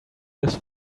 this